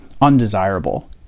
undesirable